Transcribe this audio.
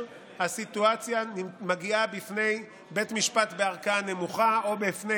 הסיטואציה מגיעה בפני בית משפט בערכאה נמוכה או בפני